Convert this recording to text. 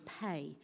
pay